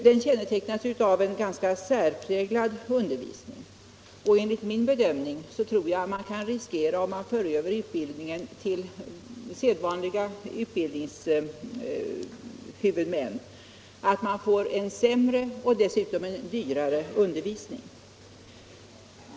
Det är en ganska särpräglad undervisning, och enligt min bedömning kan man riskera att få en sämre och dessutom dyrare utbildning om man för över polisutbildningen till sedvanliga utbildningshuvudmän.